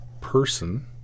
person